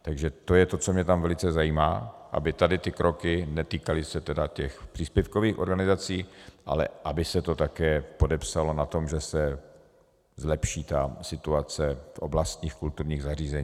Takže to je to, co mě tam velice zajímá, aby se ty kroky netýkaly tedy těch příspěvkových organizací, ale aby se to také podepsalo na tom, že se zlepší situace v oblastních kulturních zařízeních.